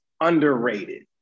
underrated